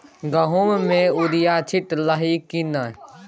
गहुम मे युरिया छीटलही की नै?